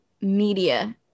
media